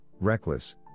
reckless